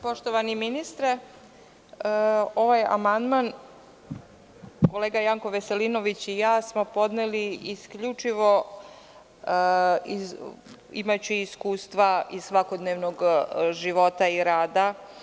Poštovani ministre, ovaj amandman, kolega Janko Veselinović i ja smo podneli isključivo imajući iskustva iz svakodnevnog života i rada.